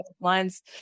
lines